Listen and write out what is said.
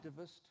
activist